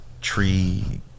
tree